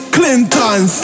Clinton